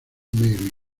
mary